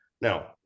Now